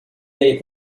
day